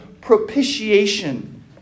propitiation